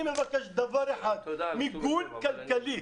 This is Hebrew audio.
אני מבקש דבר אחד, מיגון כלכלי.